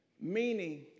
Meaning